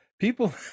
people